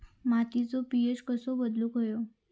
मातीचो पी.एच कसो बदलुक होयो?